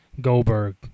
Goldberg